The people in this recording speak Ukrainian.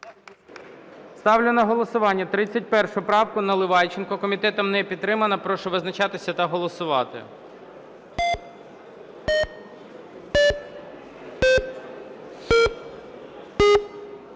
Ставлю на голосування 31 правку Наливайченка. Комітетом не підтримана. Прошу визначатися та голосувати.